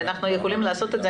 אנחנו יכולים לעשות את זה,